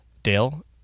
Dale